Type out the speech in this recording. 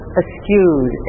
askewed